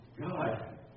God